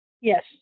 Yes